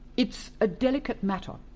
it's a delicate matter.